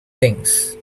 things